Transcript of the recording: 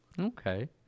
Okay